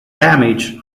damage